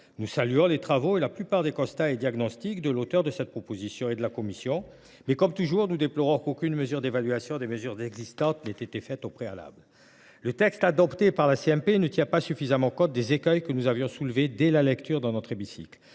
Nous saluons les travaux et la plupart des constats et diagnostics de l’auteur de la proposition de loi et de la commission. Cependant, comme toujours, nous déplorons qu’aucune mesure d’évaluation des mesures existantes n’ait été réalisée au préalable. Le texte adopté par la commission mixte paritaire ne tient pas suffisamment compte des écueils que nous avions relevés dès la lecture de ce texte dans notre hémicycle.